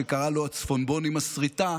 שקרא לו הצפונבון עם הסריטה,